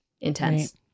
intense